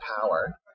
power